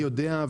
אני יודע.